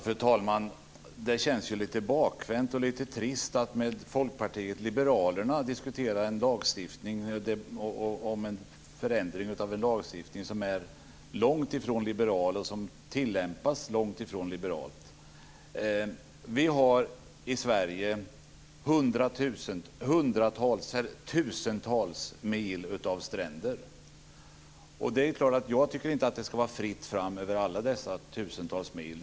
Fru talman! Det känns lite bakvänt och lite trist att med Folkpartiet liberalerna diskutera en förändring av en lagstiftning som är långt ifrån liberal och som tillämpas långt ifrån liberalt. Vi har i Sverige tusentals mil av stränder. Det är klart att det inte ska vara fritt fram över alla dessa tusentals mil.